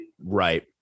right